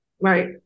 Right